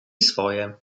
swoje